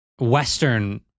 Western